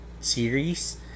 series